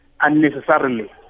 unnecessarily